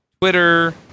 Twitter